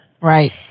Right